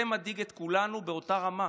זה מדאיג את כולנו באותה רמה.